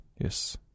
Yes